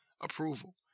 approval